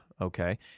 Okay